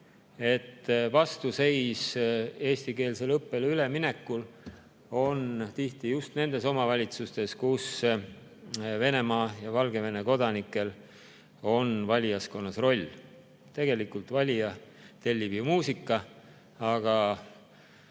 et vastuseis eestikeelsele õppele üleminekule on tihti just nendes omavalitsustes, kus Venemaa ja Valgevene kodanikel on valijaskonnas roll. Tegelikult valija tellib muusika, aga